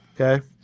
Okay